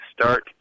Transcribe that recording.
start